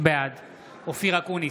בעד אופיר אקוניס,